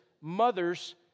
mother's